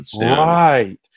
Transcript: Right